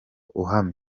uhamye